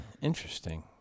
interesting